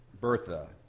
Bertha